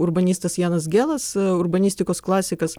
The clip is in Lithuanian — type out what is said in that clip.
urbanistas janas gelas urbanistikos klasikas